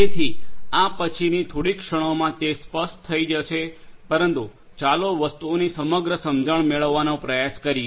જેથી આ પછીની થોડી ક્ષણોમાં તે સ્પષ્ટ થઈ જશે પરંતુ ચાલો વસ્તુઓની સમગ્ર સમજણ મેળવવાનો પ્રયાસ કરીએ